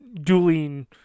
dueling